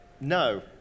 No